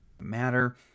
matter